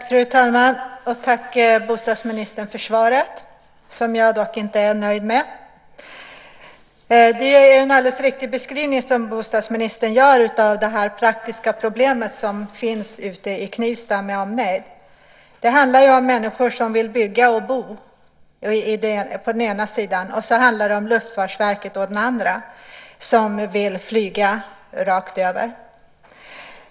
Fru talman! Tack bostadsministern för svaret, som jag dock inte är nöjd med! Det är en alldeles riktig beskrivning som bostadsministern gör av det praktiska problem som finns i Knivsta med omnejd. Det handlar å ena sidan om människor som vill bygga och bo och å andra sidan om Luftfartsverket som vill flyga rakt över.